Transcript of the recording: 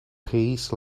pays